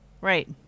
Right